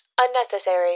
unnecessary